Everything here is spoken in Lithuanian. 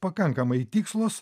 pakankamai tikslūs